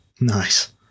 Nice